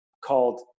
called